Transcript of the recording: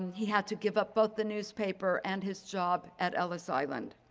he had to give up both the newspaper and his job at ellis island.